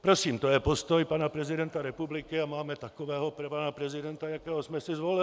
Prosím, to je postoj pana prezidenta republiky a máme takového pana prezidenta, jakého jsme si zvolili.